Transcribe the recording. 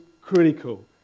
critical